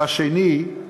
והשני,